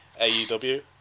AEW